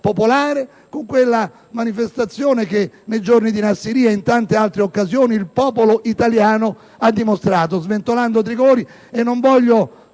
con quella manifestazione che nei giorni di Nassiriya, e in tante altre occasioni, il popolo italiano ha dimostrato,